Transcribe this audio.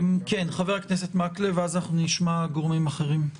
כן, חבר הכנסת מקלב, ואז אנחנו נשמע גורמים אחרים.